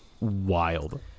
wild